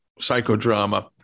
psychodrama